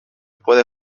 puede